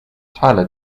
tyler